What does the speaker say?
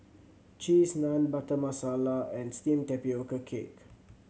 Cheese Naan Butter Masala and steamed tapioca cake